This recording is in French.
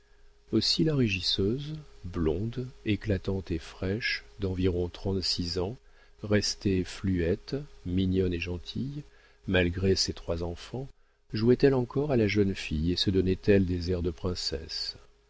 aussi la régisseuse blonde éclatante et fraîche d'environ trente-six ans restée fluette mignonne et gentille malgré ses trois enfants jouait elle encore à la jeune fille et se donnait-elle des airs de princesse